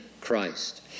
Christ